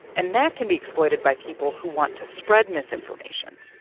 and that can be exploited by people who want to spread misinformation.